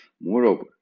Moreover